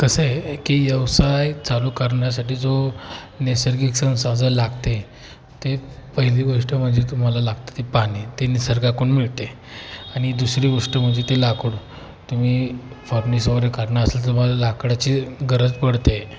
कसं आहे की व्यवसाय चालू करण्यासाठी जो नैसर्गिक संसाधन जर लागते ते पहिली गोष्ट म्हणजे तुम्हाला लागतं ते पाणी ते निसर्गाकडून मिळतं आहे आणि दुसरी गोष्ट म्हणजे ते लाकूड तुम्ही फॉर्निस वगैरे काढणं असेल तुम्हाला लाकडाची गरज पडते